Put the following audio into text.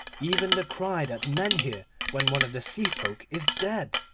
even the cry that men hear when one of the sea-folk is dead.